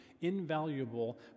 invaluable